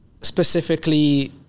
specifically